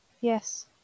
Yes